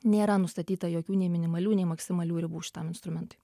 nėra nustatyta jokių nei minimalių nei maksimalių ribų šitam instrumentui